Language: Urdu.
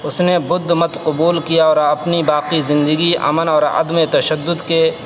اس نے بدھ مت قبول کیا اور اپنی باقی زندگی امن اور عدم تشدد کے